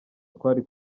twari